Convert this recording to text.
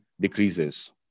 decreases